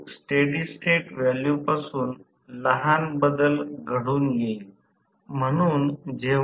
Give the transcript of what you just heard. तर समीकरण 29 पासून हे लक्षात येते की जास्तीत जास्त टॉर्क स्वतंत्र आहे